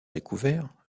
découvert